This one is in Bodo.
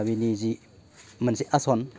बिनि जि मोनसे आसन